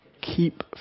keep